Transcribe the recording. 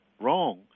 wrong